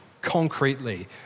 concretely